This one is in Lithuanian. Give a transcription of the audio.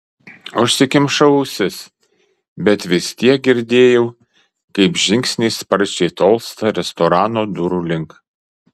užsikimšau ausis bet vis tiek girdėjau kaip žingsniai sparčiai tolsta restorano durų link